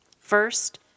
First